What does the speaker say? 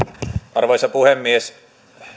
arvoisa puhemies